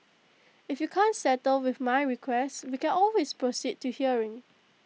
if you can't settle with my request we can always proceed to hearing